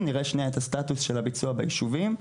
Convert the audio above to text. נראה את הסטטוס של הביצוע ביישובים.